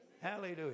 Hallelujah